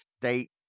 state